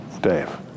Dave